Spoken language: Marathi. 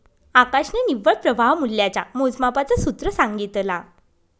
आकाशने निव्वळ प्रवाह मूल्याच्या मोजमापाच सूत्र सांगितला